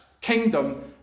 kingdom